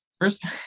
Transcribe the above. first